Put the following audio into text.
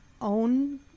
own